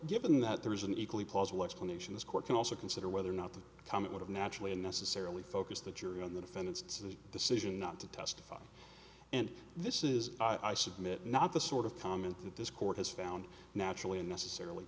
given that there is an equally plausible explanation this court can also consider whether or not the comet would have naturally unnecessarily focused the jury on the defendants to the decision not to testify and this is i submit not the sort of comment that this court has found naturally and necessarily